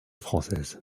française